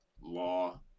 law